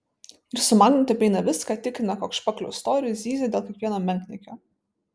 ir su magnetu apeina viską tikrina koks špakliaus storis zyzia dėl kiekvieno menkniekio